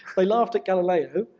they laughed at galileo,